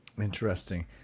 Interesting